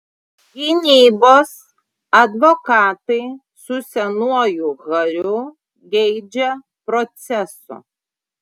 gynybos advokatai su senuoju hariu geidžia proceso